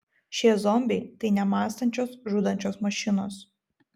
šie zombiai tai nemąstančios žudančios mašinos